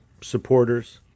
supporters